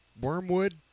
Wormwood